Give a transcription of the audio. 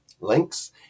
links